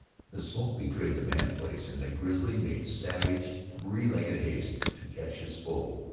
the smoke betrayed the man's place, and the grizzly made savage, three-legged haste to catch his foe.